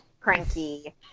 cranky